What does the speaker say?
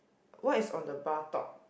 what is on the bar top